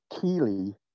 Keely